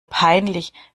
peinlich